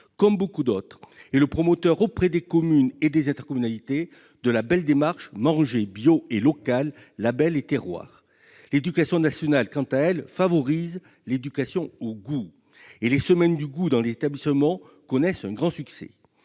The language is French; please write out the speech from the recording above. comme beaucoup d'autres, est le promoteur, auprès des communes et des intercommunalités, de la belle démarche « Manger bio & local, labels et terroirs ». L'éducation nationale, quant à elle, favorise l'éducation au goût. Les semaines du goût dans les établissements scolaires connaissent un grand succès.